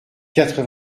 quatre